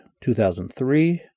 2003